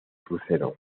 crucero